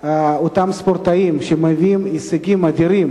את אותם ספורטאים שמביאים לה הישגים אדירים